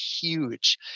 huge